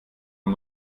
von